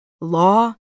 Law